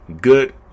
Good